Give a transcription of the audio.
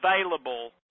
available